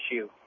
issue